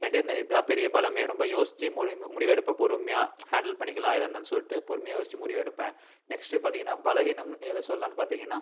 என்கிட்ட இந்த இதுதான் பெரிய பலமே ரொம்ப யோசிச்சு முடிவு முடிவெடுப்பேன் பொறுமையாக ஹேண்டில் பண்ணிக்கலாம் ஏதா இருந்தாலும் சொல்லிவிட்டு பொறுமையா யோசிச்சு முடிவெடுப்பேன் நெக்ஸ்டு பார்த்திங்கனா பலவீனம் எதை சொல்லலாம்னு பார்த்திங்கனா